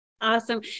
Awesome